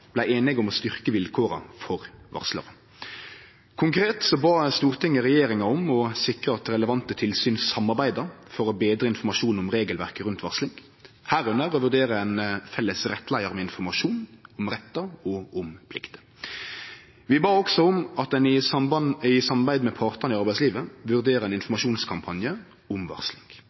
einige om å styrkje vilkåra for varslarar. Konkret bad Stortinget regjeringa om å sikre at relevante tilsyn samarbeider for å betre informasjonen om regelverket rundt varsling, under dette å vurdere ein felles rettleiar med informasjon om rettar og om plikter. Vi bad også om at ein i samarbeid med partane i arbeidslivet vurderer ein informasjonskampanje om varsling,